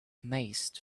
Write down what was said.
maze